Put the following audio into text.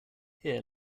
here